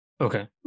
Okay